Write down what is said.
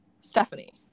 Stephanie